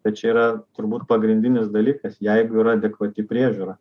bet čia yra turbūt pagrindinis dalykas jeigu yra adekvati priežiūra